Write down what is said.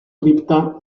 cripta